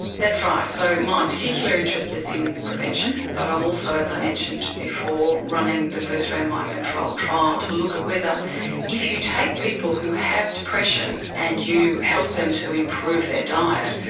that's right. so my particular interest is in prevention but i'm also, as i mentioned before, running the first randomised controlled trial to look at whether if you take people who have depression and you help them to improve their diet,